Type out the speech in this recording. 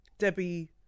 Debbie